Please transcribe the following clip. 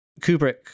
Kubrick